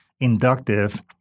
inductive